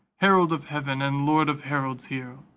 herald of heaven, and lord of heralds here!